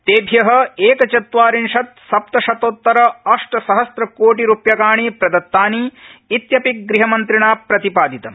तेभ्य एकचत्वारिंशत् सप्तशतोत्तर अष्टसहस्रकोटि रूप्यकाणि प्रदत्तानि इत्यपि गृहमन्त्रिणा प्रतिपादितम्